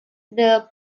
the